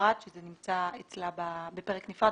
נמצא אצלה בפרק נפרד,